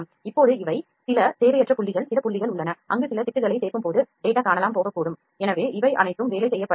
இப்போது இவை சில தேவையற்ற புள்ளிகள் சில புள்ளிகள் உள்ளன அங்கு சில திட்டுகளைச் சேர்க்கும்போது தரவு காணாமல் போகக்கூடும் எனவே இவை அனைத்தும் வேலை செய்யப்பட வேண்டும்